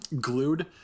glued